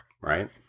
Right